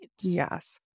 Yes